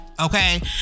okay